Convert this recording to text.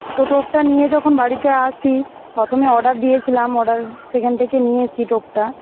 তো টোবটা নিয়ে যখন বাড়িতে আসি প্রথমে অর্ডার দিয়েছিলাম অর্ডার সেখান থেকে নিয়ে এসছি টোটা